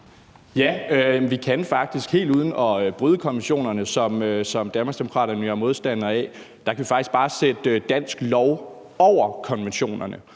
Vi kan faktisk helt uden at bryde konventionerne, hvilket Danmarksdemokraterne jo er modstander af, bare sætte dansk lov over konventionerne.